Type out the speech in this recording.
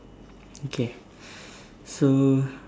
okay so